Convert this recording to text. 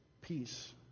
Peace